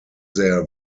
their